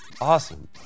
Awesome